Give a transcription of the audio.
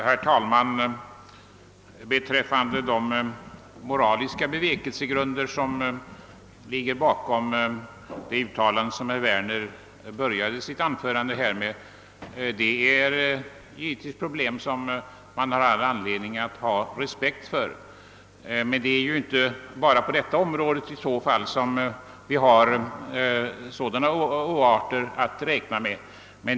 Herr talman! De moraliska bevekelsegrunder, som ligger bakom de antaganden som herr Werner började sitt anförande med, finns det givetvis all anledning att hysa respekt för, men det är ju inte bara på detta område som vi har att räkna med oarter.